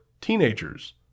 teenagers